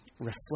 Reflect